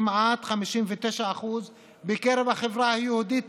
כמעט 59% בקרב החברה היהודית,